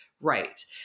right